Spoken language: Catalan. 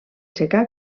secà